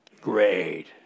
Great